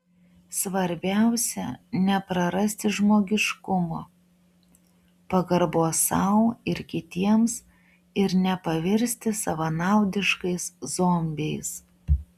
svarbiausia neprarasti žmogiškumo pagarbos sau ir kitiems ir nepavirsti savanaudiškais zombiais